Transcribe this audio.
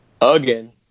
again